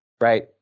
right